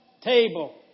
table